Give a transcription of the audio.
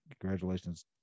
congratulations